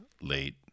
late